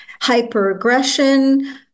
hyperaggression